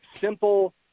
simple